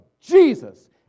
Jesus